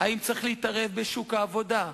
האם צריך להתערב בשוק העבודה?